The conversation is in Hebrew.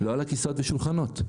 לא על הכיסאות והשולחנות.